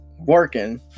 working